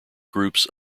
groups